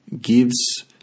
gives